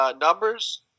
numbers